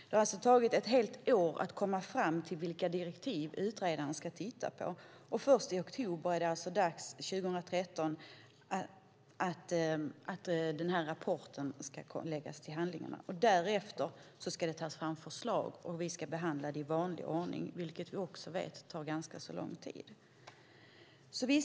Det har alltså tagit ett helt år att komma fram till vad utredaren ska titta på, och först i oktober 2013 ska rapporten presenteras. Därefter ska det tas fram förslag och behandlas i vanlig ordning, vilket vi också vet tar ganska lång tid.